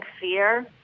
fear